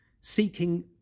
seeking